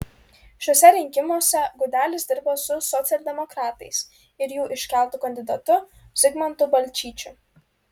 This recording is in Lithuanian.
šiuose rinkimuose gudelis dirba su socialdemokratais ir jų iškeltu kandidatu zigmantu balčyčiu